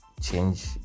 change